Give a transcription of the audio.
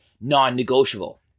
non-negotiable